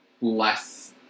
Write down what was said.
less